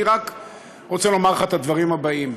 אני רק רוצה לומר לך את הדברים הבאים: